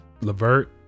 Levert